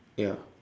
ya